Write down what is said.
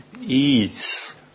ease